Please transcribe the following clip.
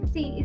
See